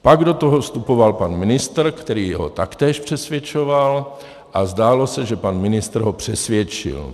Pak do toho vstupoval pan ministr, který ho taktéž přesvědčoval, a zdálo se, že pan ministr ho přesvědčil.